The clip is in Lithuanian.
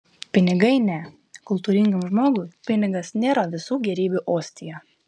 pinigai ne kultūringam žmogui pinigas nėra visų gėrybių ostija